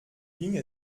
ging